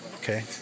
okay